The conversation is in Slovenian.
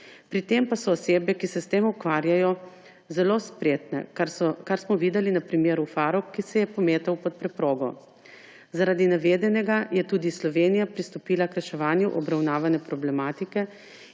Pri tem pa so osebe, ki se s tem ukvarjajo, zelo spretne, kar smo videli na primeru Farrokh, ki se je pometal pod preprogo. Zaradi navedenega je tudi Slovenija pristopila k reševanju obravnavane problematike